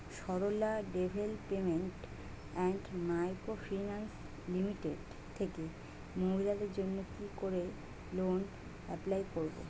Sarala development and micro finance limited থেকে মহিলাদের জন্য কি করে লোন এপ্লাই করব?